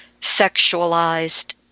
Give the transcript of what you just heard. sexualized